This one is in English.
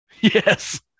Yes